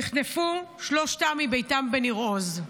נחטפו שלושתם מביתם בניר עוז.